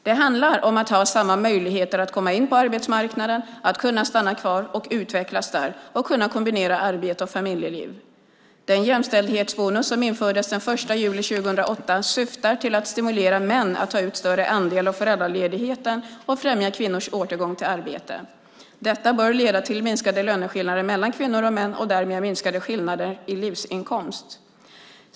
Det handlar om att ha samma möjligheter att komma in på arbetsmarknaden, att kunna stanna kvar och utvecklas där och att kunna kombinera arbete och familjeliv. Den jämställdhetsbonus som infördes den 1 juli 2008 syftar till att stimulera män att ta ut större andel av föräldraledigheten och främja kvinnors återgång till arbete. Detta bör leda till minskade löneskillnader mellan kvinnor och män och därmed minskade skillnader i livsinkomst.